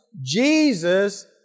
Jesus